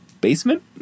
basement